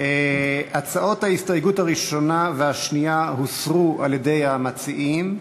הצעות ההסתייגות הראשונה והשנייה הוסרו על-ידי המציעים.